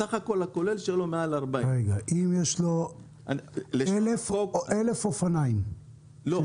בסך הכול הכולל שלו מעל 40. אם יש 1,000 זוגות אופניים חשמליים.